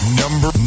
number